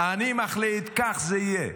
אני מחליט, כך זה יהיה.